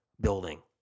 building